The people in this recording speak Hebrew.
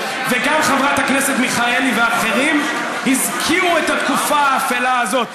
וגם חברת הכנסת מיכאלי ואחרים הזכירו את התקופה האפלה הזאת.